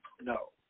no